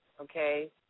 okay